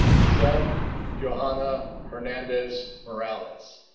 lizeth johanna hernandez morales